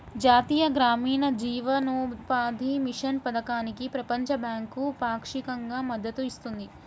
జాతీయ గ్రామీణ జీవనోపాధి మిషన్ పథకానికి ప్రపంచ బ్యాంకు పాక్షికంగా మద్దతు ఇస్తుంది